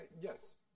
Yes